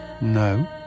No